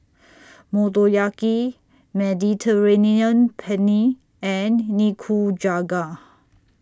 Motoyaki Mediterranean Penne and Nikujaga